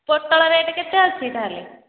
ପୋଟଳ ରେଟ୍ କେତେ ଅଛି ତା'ହେଲେ